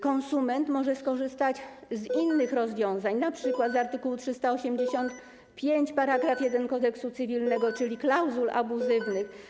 Konsument może skorzystać z innych rozwiązań, np. z art. 385 § 1 Kodeksu cywilnego, czyli klauzul abuzywnych.